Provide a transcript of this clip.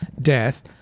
death